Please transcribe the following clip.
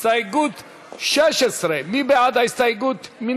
הסתייגות 16, מי בעד ההסתייגות?